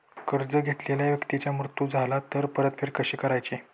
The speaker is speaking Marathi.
कर्ज घेतलेल्या व्यक्तीचा मृत्यू झाला तर परतफेड कशी करायची?